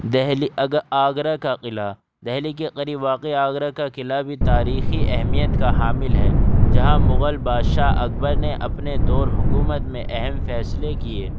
دہلی آگرہ کا قلعہ دہلی کے قریب واقع آگرہ کا قلعہ بھی تاریخی اہمیت کا حامل ہے جہاں مغل بادشاہ اکبر نے اپنے دور حکومت میں اہم فیصلے کیے